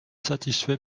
satisfait